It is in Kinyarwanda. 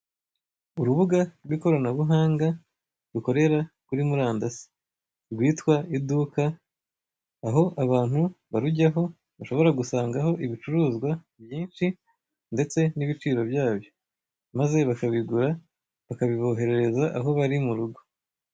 Urubuga rw'ikoranabuhanga rukorera kuri murandasi rwitwa iduka, aho abantu barujyaho bashobora gusangaho ibicuruzwa byinshi ndetse n'ibiciro byabyo maze bakabigura, bakabiboherereza aho bari murugo.